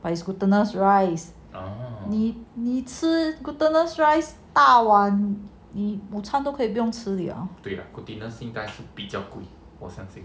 but it's glutinous rice 你你吃 glutinous rice 大碗你午餐都可以不用吃了